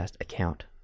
account